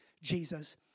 Jesus